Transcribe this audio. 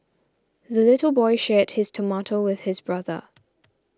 the little boy shared his tomato with his brother